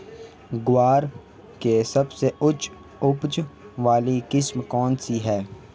ग्वार की सबसे उच्च उपज वाली किस्म कौनसी है?